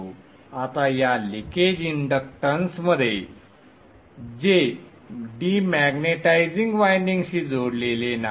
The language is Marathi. आता या लिकेज इंडक्टन्समध्ये संदर्भ वेळ 1608 जे डिमॅग्नेटाइझिंग वायंडिंग शी जोडलेले नाही